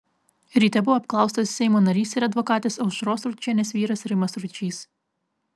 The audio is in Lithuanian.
ryte buvo apklaustas seimo narys ir advokatės aušros ručienės vyras rimas ručys